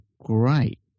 great